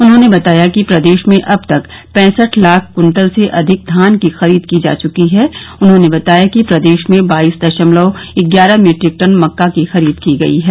उन्होंने बताया कि प्रदेश में अब तक पैंसठ लाख कुन्टल से अधिक धान की खरीद की जा चुकी है उन्होंने बताया कि प्रदेश में बाईस दशमलव ग्यारह मीट्रिक टन मक्का की खरीद की गई है